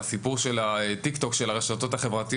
והוא מה שקורה ברשתות החברתיות.